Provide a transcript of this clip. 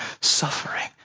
suffering